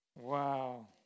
Wow